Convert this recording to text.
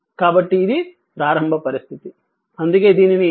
కాబట్టి ఇది ప్రారంభ పరిస్థితి అందుకే దీనిని vC అని వ్రాసాము